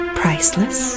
priceless